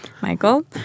Michael